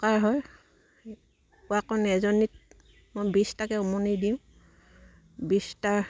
প্ৰকাৰ হয় এজনীত মই বিছটাকে উমনি দিওঁ বিছটা